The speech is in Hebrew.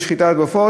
בשחיטת עופות,